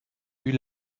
eut